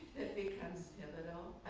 becomes pivotal.